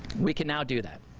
we can now do that.